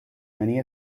many